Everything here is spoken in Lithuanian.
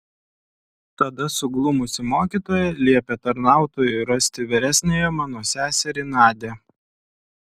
tada suglumusi mokytoja liepė tarnautojui rasti vyresniąją mano seserį nadią